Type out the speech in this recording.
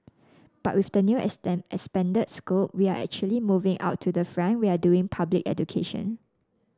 but with the new expanded scope we are actually moving out to the front we are doing public education